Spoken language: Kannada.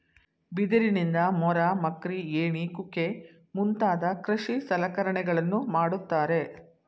ಬಿದಿರಿನಿಂದ ಮೊರ, ಮಕ್ರಿ, ಏಣಿ ಕುಕ್ಕೆ ಮುಂತಾದ ಕೃಷಿ ಸಲಕರಣೆಗಳನ್ನು ಮಾಡುತ್ತಾರೆ